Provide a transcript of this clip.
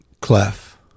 clef